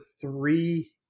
three